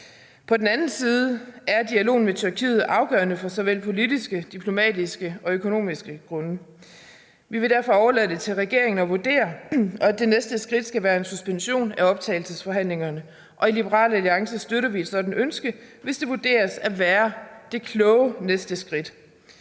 På den anden side er dialogen med Tyrkiet afgørende af såvel politiske, diplomatiske og økonomiske grunde. Vi vil derfor overlade det til regeringen at vurdere, om det næste skridt skal være en suspension af optagelsesforhandlingerne, og i Liberal Alliance støtter vi et sådant ønske, hvis det vurderes at være det kloge næste skridt.